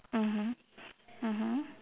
mmhmm mmhmm